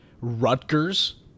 Rutgers